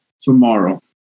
tomorrow